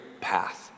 path